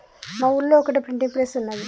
మా ఊళ్లో ఒక్కటే ప్రింటింగ్ ప్రెస్ ఉన్నది